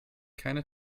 keine